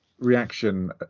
Reaction